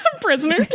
prisoner